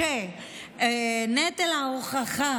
שנטל ההוכחה